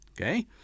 okay